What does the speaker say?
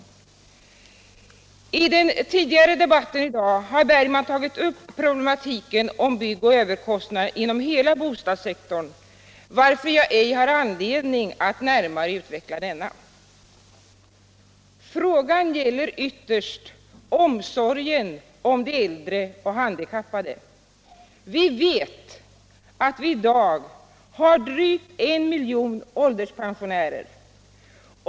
I debatten tidigare i dag har herr Bergman tagit upp problematiken i fråga om byggoch överkostnaderna inom hela bostadssektorn, varför jag ej har anledning att närmare utveckla denna. Frågan gäller ytterst omsorgen om de äldre och de handikappade. Vi vet att vi i dag har drygt en miljon ålderspensionärer.